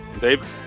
David